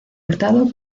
hurtado